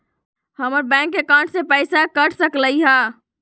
हमर bank account से पैसा कट सकलइ ह?